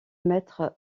maître